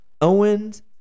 Owens